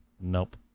Nope